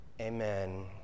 amen